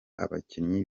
abakinnyi